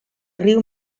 riu